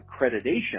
accreditation